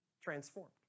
transformed